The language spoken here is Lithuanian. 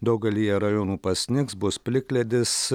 daugelyje rajonų pasnigs bus plikledis